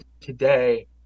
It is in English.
today